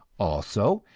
also,